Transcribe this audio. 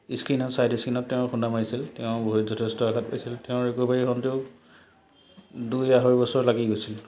স্কীনত side স্কীনত তেওঁ খুন্দা মাৰিছিল তেওঁ বহুত যথেষ্ট আঘাত পাইছিল তেওঁ ৰিক'ভাৰী হওতেও দুই আঢ়ৈ বছৰ লাগি গৈছিল